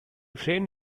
friend